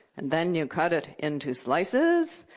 and then you cut it into slices,